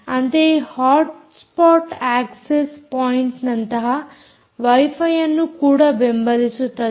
ಅಂತೆಯೇ hot spot access point ನಂತಹ ವೈಫೈಅನ್ನು ಕೂಡ ಬೆಂಬಲಿಸುತ್ತದೆ